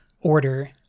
order